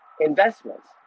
investments